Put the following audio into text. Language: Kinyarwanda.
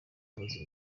hose